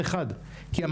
אני